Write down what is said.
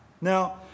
Now